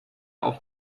auf